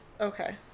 Okay